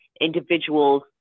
individuals